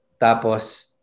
tapos